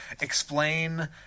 explain